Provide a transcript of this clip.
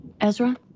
Ezra